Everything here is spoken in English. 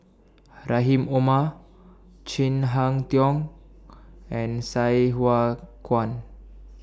Rahim Omar Chin Harn Tong and Sai Hua Kuan